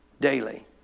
daily